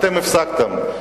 אתם הפסקתם.